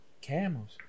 Camels